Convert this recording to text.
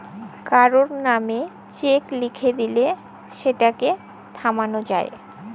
কারুর লামে চ্যাক লিখে দিঁলে সেটকে থামালো যায়